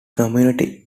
community